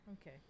Okay